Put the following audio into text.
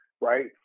right